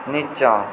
नीच्चाँ